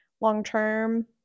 long-term